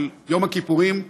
של יום הכיפורים,